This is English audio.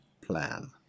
plan